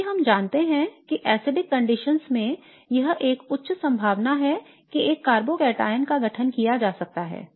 क्योंकि हम जानते हैं कि अम्लीय परिस्थितियों में एक उच्च संभावना है कि एक कार्बोकैटायन का गठन किया जा सकता है